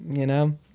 you know,